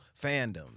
fandom